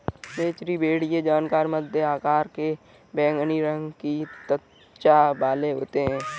मेचेरी भेड़ ये जानवर मध्यम आकार के बैंगनी रंग की त्वचा वाले होते हैं